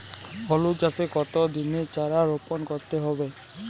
হলুদ চাষে কত দিনের চারা রোপন করতে হবে?